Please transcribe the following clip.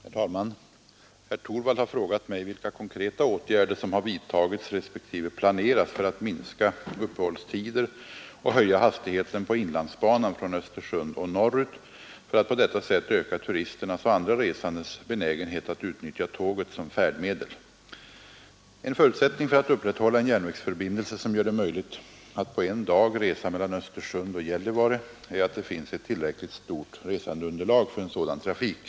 Herr talman! Herr Torwald har frågat mig vilka konkreta åtgärder som har vidtagits respektive planeras för att minska uppehållstider och höja hastigheten på inlandsbanan från Östersund och norrut för att på detta sätt öka turisternas och andra resandes benägenhet att utnyttja tåget som färdmedel. En förutsättning för att upprätthålla en järnvägsförbindelse som gör det möjligt att på en dag resa mellan Östersund och Gällivare är att det finns ett tillräckligt stort resandeunderlag för en sådan trafik.